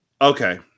okay